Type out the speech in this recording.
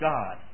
God